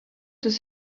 his